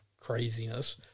craziness